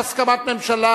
יש הסכמת הממשלה,